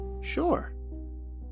Sure